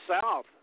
south